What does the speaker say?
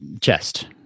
chest